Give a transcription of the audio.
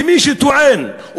למי שטוען,